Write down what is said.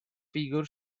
figure